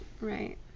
Right